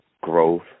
growth